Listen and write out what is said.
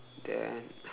then